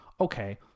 okay